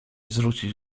zrzucić